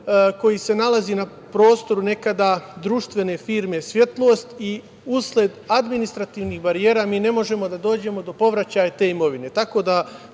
koji se nalazi na prostoru nekada društvene firme „Svetolost“ i usled administrativnih barijera mi ne možemo da dođemo do povraćaja te imovine.